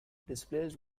displaced